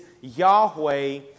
Yahweh